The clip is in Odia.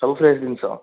ସବୁ ଫ୍ରେସ୍ ଜିନିଷ